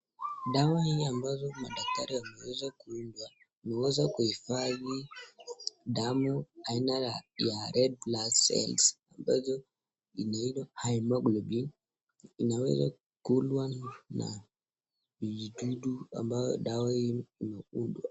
Dawa hii ambazo madaktari wameweza kuunda, imeweza kuhifadhi, damu aina ya ya (cs)red blood cells(cs), ambazo, inaido, (cs) haemoglobin(cs), inaweza kulwa na vijidudu ambayo dawa hii imeundwa.